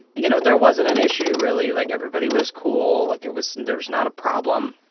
you know, there wasn't an issue, really. like, everybody was cool. like, it was there was not a problem,